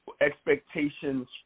expectations